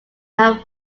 have